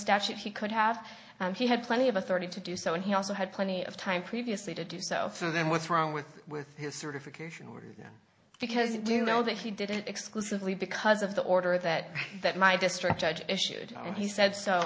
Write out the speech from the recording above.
statute he could have he had plenty of authority to do so and he also had plenty of time previously to do so so then what's wrong with with his certification were because we do know that he did it exclusively because of the order that that my district judge issued and he said so